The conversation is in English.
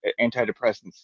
antidepressants